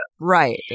Right